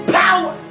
power